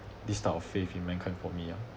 this type of faith in mankind for me ah